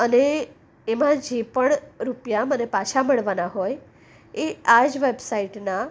અને એમાં જે પણ રૂપિયા પણ મને પાછા મળવાના હોય એ આ જ વેબસાઈટના